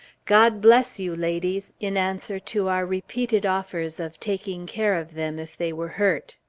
god bless you, ladies! in answer to our repeated offers of taking care of them if they were hurt.